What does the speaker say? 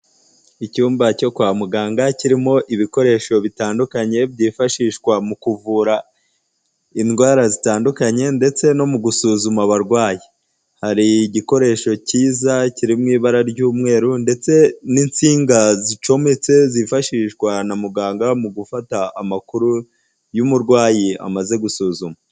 Icyumba cyo kwa muganga kirimo ibikoresho bitandukanye byifashishwa mu kuvura indwara zitandukanye ndetse no mu gusuzuma abarwayi, hari igikoresho cyiza kiri mu ibara ry'umweru ndetse n'insinga zicometse zifashishwa na muganga mu gufata amakuru y'umurwayi amaze gusuzuma.